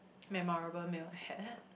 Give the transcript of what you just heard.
memorable meal I had